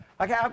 Okay